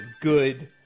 good